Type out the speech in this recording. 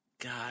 God